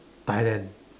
Thailand